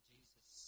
Jesus